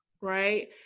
right